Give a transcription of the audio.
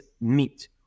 meet